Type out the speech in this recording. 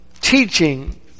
teaching